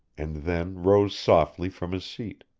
and then rose softly from his seat.